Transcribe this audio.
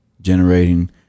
generating